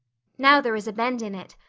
now there is a bend in it.